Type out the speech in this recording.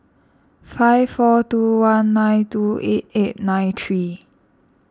five four two one nine two eight eight nine three